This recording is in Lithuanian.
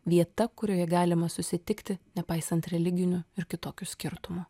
vieta kurioje galima susitikti nepaisant religinių ir kitokių skirtumų